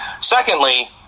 Secondly